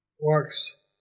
works